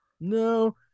No